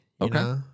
Okay